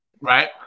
Right